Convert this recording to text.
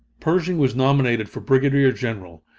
pershing was nominated for brigadier general,